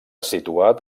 situat